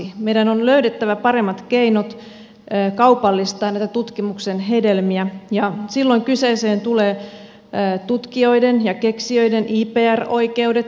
meidän on löydettävä paremmat keinot kaupallistaa näitä tutkimuksen hedelmiä ja silloin kyseeseen tulevat tutkijoiden ja keksijöiden ipr oikeudet innovaatioihinsa